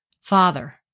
Father